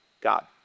God